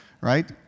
right